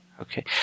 Okay